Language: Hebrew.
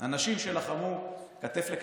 אנשים שלחמו כתף אל כתף,